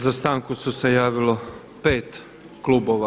Za stanku su se javilo 5 klubova.